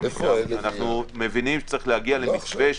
בדיוק כמו שהראו במצגת של משרד הבריאות.